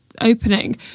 opening